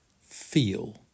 feel